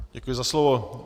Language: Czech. Děkuji za slovo.